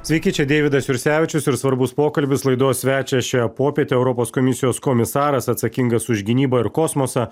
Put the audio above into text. sveiki čia deividas jursevičius ir svarbus pokalbis laidos svečias šią popietę europos komisijos komisaras atsakingas už gynybą ir kosmosą